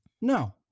No